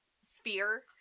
sphere